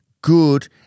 good